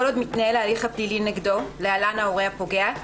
עוד מתנהל ההליך הפלילי כנגדו (להלן ההורה הפוגע),